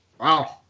Wow